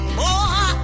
more